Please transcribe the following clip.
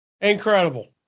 Incredible